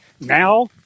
Now